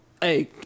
hey